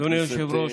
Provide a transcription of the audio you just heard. אדוני היושב-ראש,